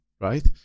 right